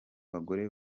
bagore